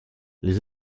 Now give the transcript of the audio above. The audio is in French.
les